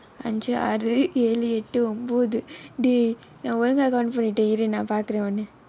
ஐஞ்சு ஆறு ஏழு எட்டு ஒன்பது:anchu aaru ezhu ettu onpathu dey நான் ஒழுங்கா:naan ozhungaa count பண்ணிட்டேன் இரு நான் பார்க்கிறேன் ஒன்னு:pannittaen iru naan paarkkiraen onnu